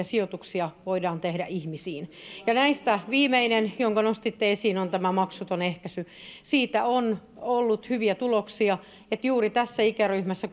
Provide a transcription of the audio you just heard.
sijoituksia voidaan tehdä ihmisiin ja näistä viimeinen jonka nostitte esiin on maksuton ehkäisy siitä on ollut hyviä tuloksia että juuri tässä ikäryhmässä